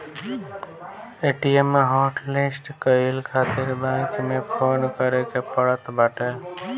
ATM hotlist कईला खातिर bank में फोन करे के पड़त बाटे